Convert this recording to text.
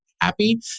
happy